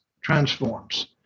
transforms